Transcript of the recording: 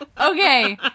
Okay